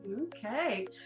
Okay